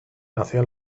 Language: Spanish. nació